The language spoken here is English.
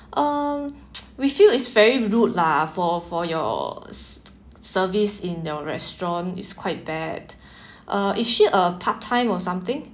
um we feel is very rude lah for for your service in your restaurant it's quite bad uh is she a part time or something